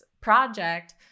project